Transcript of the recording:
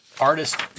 artist